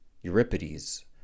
Euripides